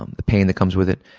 um the pain that comes with it,